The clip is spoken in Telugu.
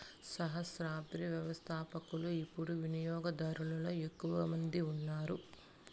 సహస్రాబ్ది వ్యవస్థపకులు యిపుడు వినియోగదారులలో ఎక్కువ మంది ఉండారు